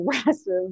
aggressive